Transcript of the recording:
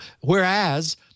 whereas